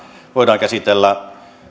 voidaan käsitellä